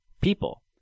people